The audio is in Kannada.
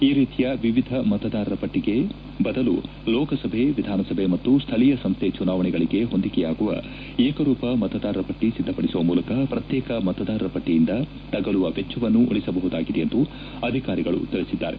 ಈ ರೀತಿಯ ವಿವಿಧ ಮತದಾರರ ಪಟ್ಟಿಗೆ ಬದಲು ಲೋಕಸಭೆ ವಿಧಾನಸಭೆ ಮತ್ತು ಸ್ವಳೀಯ ಸಂಸ್ಥೆ ಚುನಾವಣೆಗಳಿಗೆ ಹೊಂದಿಕೆಯಾಗುವ ಏಕರೂಪ ಮತದಾರರ ಪಟ್ಟಿ ಸಿದ್ಧಪಡಿಸುವ ಮೂಲಕ ಪ್ರತ್ಯೇಕ ಮತದಾರರ ಪಟ್ಟಿಯಿಂದ ತಗಲುವ ವೆಚ್ಚವನ್ನು ಉಳಿಸಬಹುದಾಗಿದೆ ಎಂದು ಅಧಿಕಾರಿಗಳು ತಿಳಿಸಿದ್ದಾರೆ